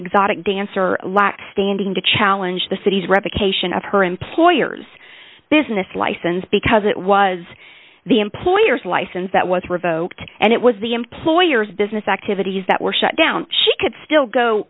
exotic dancer lacks standing to challenge the city's revocation of her employer's business license because it was the employer's license that was revoked and it was the employer's business activities that were shut down she could still go